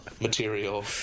material